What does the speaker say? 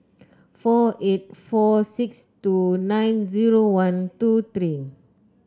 four eight four six two nine zero one two three